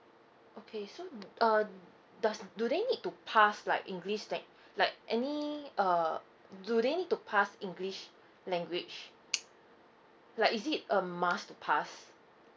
okay so uh does do they need to pass like english that like any uh do they need to pass english language like is it a must to pass